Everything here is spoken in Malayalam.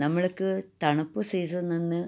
നമ്മൾക്ക് തണുപ്പ് സീസന് എന്ന്